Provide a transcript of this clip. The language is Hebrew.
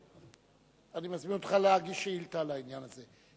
אני מזמין אותך להגיש שאילתא על העניין הזה.